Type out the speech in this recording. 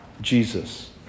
Jesus